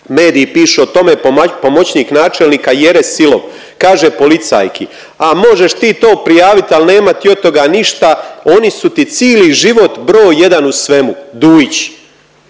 mediji pišu o tome, pomoćnik načelnika Jere Silov kaže policajki „a možeš ti to prijavit, al nema ti od toga ništa, oni su ti cili život broj jedan u svemu, Dujići“,